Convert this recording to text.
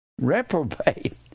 reprobate